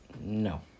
no